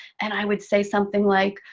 and i would say something like,